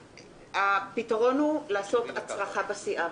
הפתרון הוא לעשות הצרכת הסיעה.